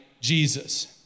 Jesus